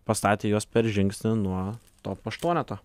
pastatė juos per žingsnį nuo top aštuoneto